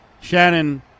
Shannon